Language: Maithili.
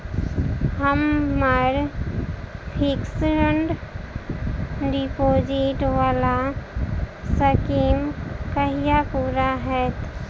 हम्मर फिक्स्ड डिपोजिट वला स्कीम कहिया पूरा हैत?